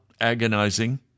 agonizing